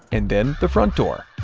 and then the front door.